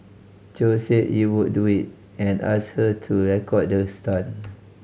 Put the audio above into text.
Chow said he would do it and asked her to record the stunt